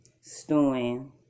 stewing